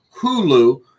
Hulu